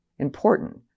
Important